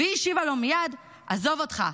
והיא השיבה לו מייד: עזוב אותך,